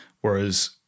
Whereas